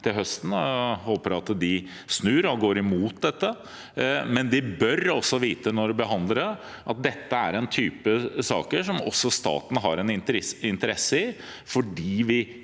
til høsten, og jeg håper at de snur og går imot dette, men de bør også vite når de behandler det, at dette er en type sak som også staten har en interesse i, for vi